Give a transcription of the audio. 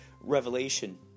revelation